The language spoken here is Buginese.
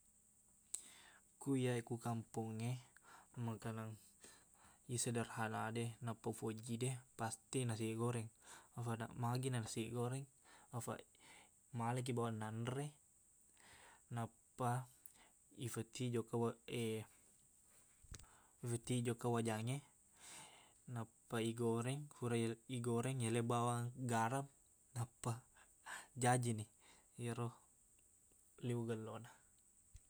Ku iyaq iko kampongnge makanang iye sederhanade nappa ufojide pasti nasi goreng afaqna- magina nasi goreng afaq malakiq bawang nanre nappa ifatiq jokka wek- ifatiq jokka wajangnge nappa igoreng pura igoreng yaleng bawang garam nappa jajini iyero liweq gellona